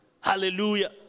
Hallelujah